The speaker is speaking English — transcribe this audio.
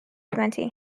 twenty